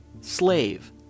slave